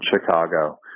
Chicago